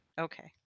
okay